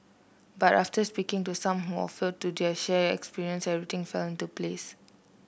but after speaking to some who offered to their share experiences everything fell into place